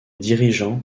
dirigeants